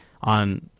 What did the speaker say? on